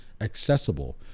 accessible